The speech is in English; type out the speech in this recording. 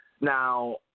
now